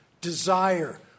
desire